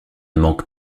manque